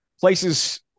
places